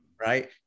right